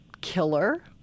killer